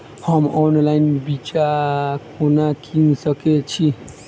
हम ऑनलाइन बिच्चा कोना किनि सके छी?